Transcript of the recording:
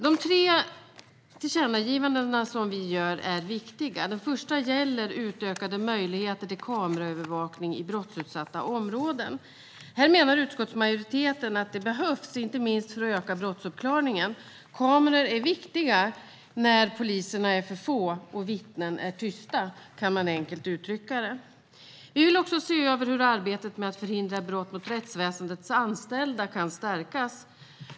De tre tillkännagivanden som vi gör är viktiga. Det första gäller utökade möjligheter till kameraövervakning i brottsutsatta områden. Utskottsmajoriteten menar att det behövs, inte minst för att öka brottsuppklaringen. Kameror är viktiga när poliserna är för få och vittnen är tysta - så kan man enkelt uttrycka det. Det andra handlar om att vi vill se över hur arbetet med att förhindra brott mot rättsväsendets anställda kan stärkas.